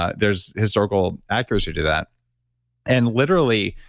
ah there's historical accuracy to that and literally,